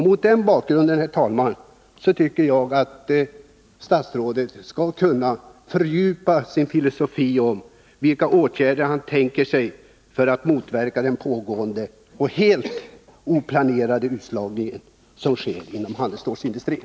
Mot den bakgrunden, herr talman, tycker jag att statsrådet skall kunna fördjupa sin filosofi och ange vilka åtgärder han tänker sig för att motverka den pågående och helt oplanerade utslagningen inom handelsstålsindustrin.